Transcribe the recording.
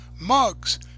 mugs